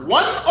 one